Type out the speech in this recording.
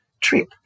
trip